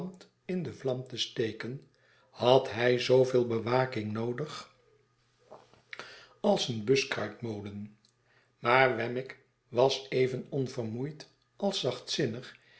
in de vlam te steken had hij zooveel bewaking noodig als een buskruitmolen maar wemmick was even onvermoeid als